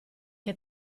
che